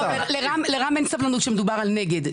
לרם אין סבלנות כשמדובר על נגד,